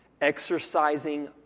Exercising